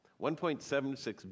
1.76